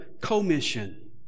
commission